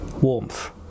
Warmth